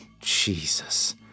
Jesus